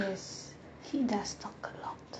yes he does talk a lot